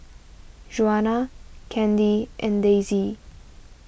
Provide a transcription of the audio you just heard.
Juana Kandy and Daisye